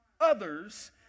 others